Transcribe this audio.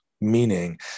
meaning